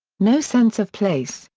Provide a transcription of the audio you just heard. no sense of place,